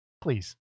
please